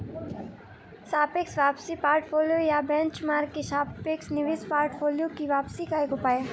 सापेक्ष वापसी पोर्टफोलियो या बेंचमार्क के सापेक्ष निवेश पोर्टफोलियो की वापसी का एक उपाय है